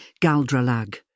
Galdralag